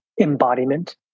embodiment